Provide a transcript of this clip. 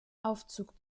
aufzug